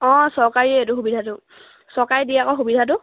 অঁ চৰকাৰীয়ে এইটো সুবিধাটো চৰকাৰে দিয় আকৌ সুবিধাটো